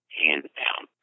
hands-down